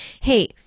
hey